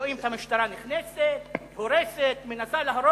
רואים את המשטרה נכנסת, הורסת, מנסה להרוס,